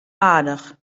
aardich